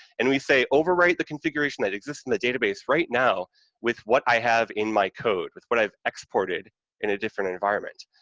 and we say overwrite the configuration that exists in the database right now with what i have in my code, with what i've exported in a different environment,